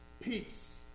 peace